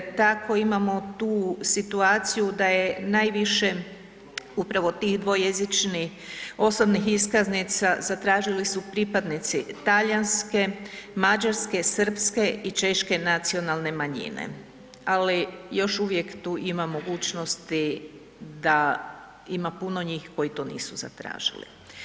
Tako imamo tu situaciju da je najviše upravo tih dvojezičnih osobnih iskaznica, zatražili su pripadnici talijanske, mađarske, srpske i češke nacionalne manjine, ali još uvijek tu ima mogućnosti da ima puno njih koji to nisu zatražili.